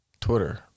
Twitter